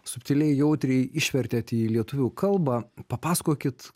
subtiliai jautriai išvertėt į lietuvių kalbą papasakokit